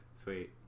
Sweet